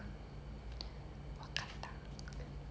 !wah! I don't know what is panther in chinese